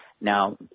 Now